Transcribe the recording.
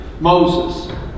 Moses